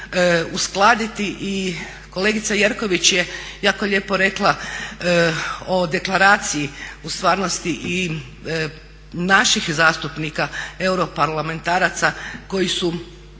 uskladiti i kolegica Jerković je jako lijepo rekla o deklaraciji u stvarnosti i naših zastupnika, europarlamentaraca koji su